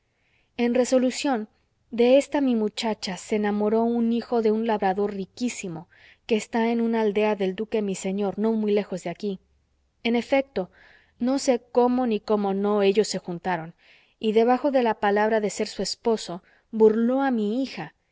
en resolución de esta mi muchacha se enamoró un hijo de un labrador riquísimo que está en una aldea del duque mi señor no muy lejos de aquí en efecto no sé cómo ni cómo no ellos se juntaron y debajo de la palabra de ser su esposo burló a mi hija